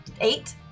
Eight